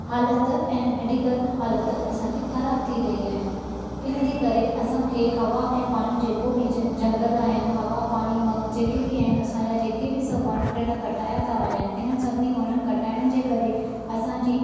हालति ऐं मेडिकल हालति असांजी ख़राब थी रही आहे हिन जे करे असांखे हवा ऐ पाणी जेको बि झंगल आहिनि हवा पाणी मां जेके बि आहिनि असांजा जेके बि सभु वणु टिणु कटाया था वञनि हिननि सभिनी वणु कटाइणु जे करे असांजी